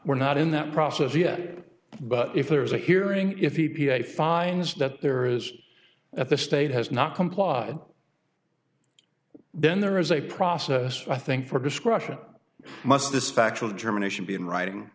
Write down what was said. we're not in that process yet but if there is a hearing if the p a finds that there is at the state has not complied then there is a process i think for discretion must this factual determination be in writing